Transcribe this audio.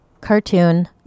cartoon